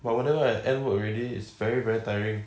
but whenever I end work already is very very tiring